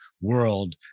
world